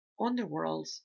underworlds